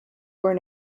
where